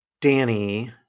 danny